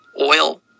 oil